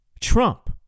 Trump